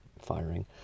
firing